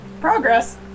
Progress